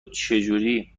چجوری